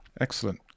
excellent